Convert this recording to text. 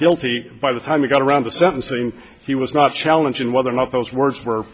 guilty by the time we got around the sentencing he was not challenging whether or not those words were